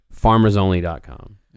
Farmersonly.com